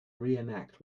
reenact